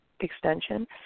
Extension